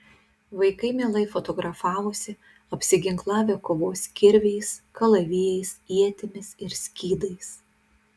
vaikai mielai fotografavosi apsiginklavę kovos kirviais kalavijais ietimis ir skydais